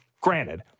Granted